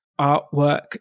artwork